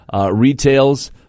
Retails